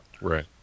Right